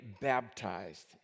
baptized